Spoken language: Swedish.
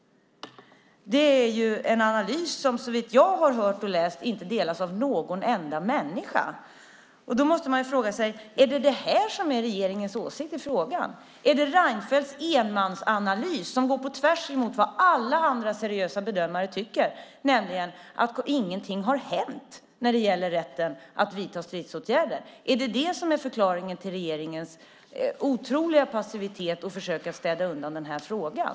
Det är en analys som, såvitt jag hört och läst, inte delas av någon enda människa. Därför måste man fråga sig: Är det regeringens åsikt i frågan? Är det Reinfeldts enmansanalys som gäller, alltså att ingenting har hänt när det gäller rätten att vidta stridsåtgärder? Det är i så fall en analys som går på tvärs mot vad alla andra seriösa bedömare tycker. Är det förklaringen till regeringens passivitet och försök att städa undan frågan?